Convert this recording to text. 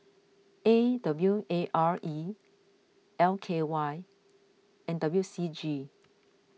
A W A R E L K Y and W C G